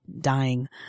dying